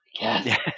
yes